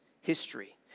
history